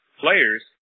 players